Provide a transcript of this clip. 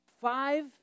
five